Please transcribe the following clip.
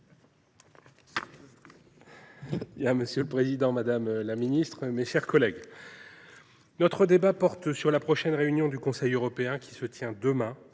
Monsieur le président, madame la secrétaire d’État, mes chers collègues, notre débat porte sur la prochaine réunion du Conseil européen qui se tient demain,